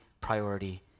priority